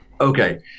Okay